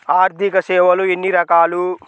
ఆర్థిక సేవలు ఎన్ని రకాలు?